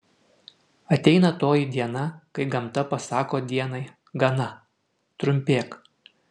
ateina toji diena kai gamta pasako dienai gana trumpėk